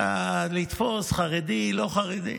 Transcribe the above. לתפוס חרדי, לא חרדי?